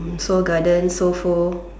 seoul garden so Pho